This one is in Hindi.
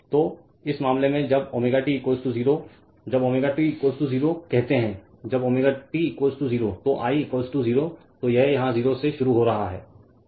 तो और इस मामले में जब ω t 0 जब ω t 0 कहते हैं जब ω t 0 तो I 0 तो यह यहाँ 0 से शुरू हो रहा है